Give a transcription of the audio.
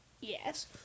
Yes